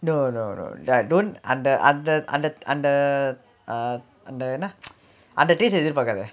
no no no that don't அந்த அந்த அந்த அந்த அந்த என்ன:antha antha antha antha antha enna அந்த:antha taste எதிர்பாக்காதே:ethirpaakaathae